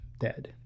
dead